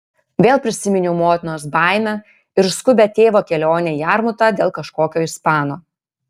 vėl prisiminiau motinos baimę ir skubią tėvo kelionę į jarmutą dėl kažkokio ispano